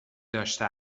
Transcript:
داشته